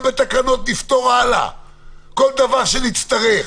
גם בתקנות נמשיך לפתור כל דבר שנצטרך.